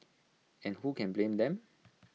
and who can blame them